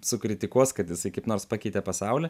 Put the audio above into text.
sukritikuos kad jisai kaip nors pakeitė pasaulį